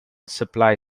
supply